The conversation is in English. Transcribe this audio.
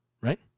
Right